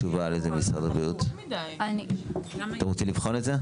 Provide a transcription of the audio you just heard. משרד הבריאות, אתם רוצים לבחון את זה?